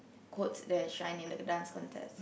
quotes there shine in the the Dance Contest